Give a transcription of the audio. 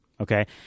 Okay